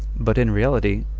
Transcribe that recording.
but, in reality,